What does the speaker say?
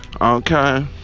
Okay